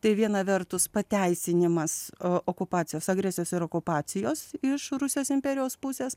tai viena vertus pateisinimas o okupacijos agresijos ir okupacijos iš rusijos imperijos pusės